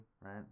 Right